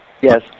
yes